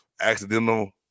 accidental